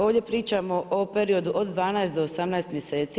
Ovdje pričamo o periodu od 12 do 18 mjeseci.